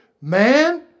man